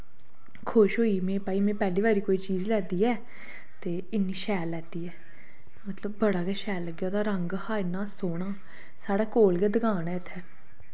खुश होई में भाई में पैह्ली बारी कोई चीज़ लैत्ती ऐ ते इन्नी शैल लैत्ती ऐ मतलब बड़ा गै शैल लग्गेआ ओह्दा रंग हा इन्ना सोह्ना साढ़ै कोल गै दकान ऐ इत्थै